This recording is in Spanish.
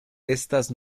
estas